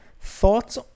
Thoughts